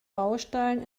baustellen